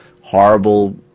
horrible